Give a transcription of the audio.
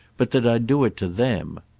but that i do it to them.